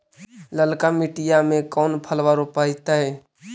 ललका मटीया मे कोन फलबा रोपयतय?